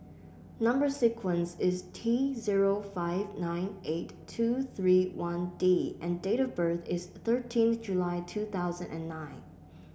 number sequence is T zero five nine eight two three one D and date of birth is thirteen July two thousand and nine